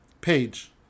Page